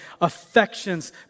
Affections